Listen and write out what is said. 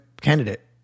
candidate